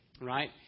right